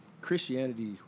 Christianity